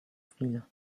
chwila